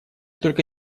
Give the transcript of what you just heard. только